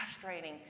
frustrating